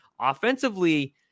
Offensively